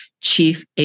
chief